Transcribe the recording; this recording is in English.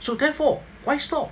so therefore why store